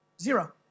Zero